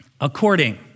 according